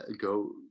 go